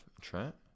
Trent